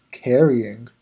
carrying